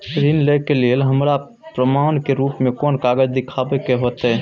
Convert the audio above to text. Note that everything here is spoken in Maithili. ऋण लय के लेल हमरा प्रमाण के रूप में कोन कागज़ दिखाबै के होतय?